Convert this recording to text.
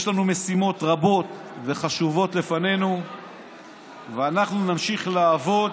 יש לנו משימות רבות וחשובות לפנינו ואנחנו נמשיך לעבוד